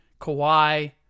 Kawhi